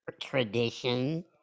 tradition